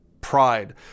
pride